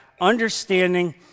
understanding